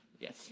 Yes